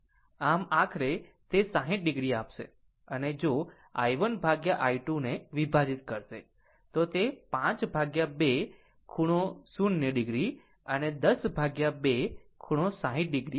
આમ આખરે તે 60 o આપશે અને જો i1i2 ને વિભાજીત કરશે તો તે 52 ખૂણો 0 o અને 102 ખૂણો 60 o હશે